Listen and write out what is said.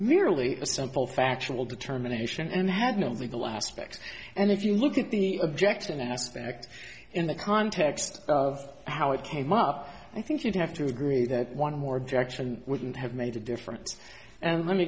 merely a simple factual determination and had no legal aspects and if you look at the objective aspect in the context of how it came up i think you'd have to agree that one more objection wouldn't have made a difference and let me